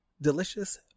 delicious